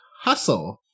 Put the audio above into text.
Hustle